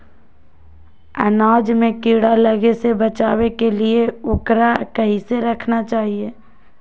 अनाज में कीड़ा लगे से बचावे के लिए, उकरा कैसे रखना चाही?